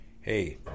Hey